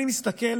אני מסתכל